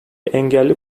engelli